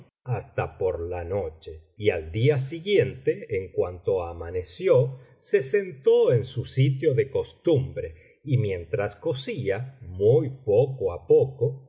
hasta por la noche y al día siguiente en cuanto amaneció se sentó en su sitio de costumbre y mientras cosía muy poco á poco